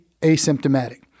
asymptomatic